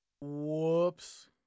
Whoops